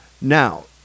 Now